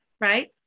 right